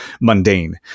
mundane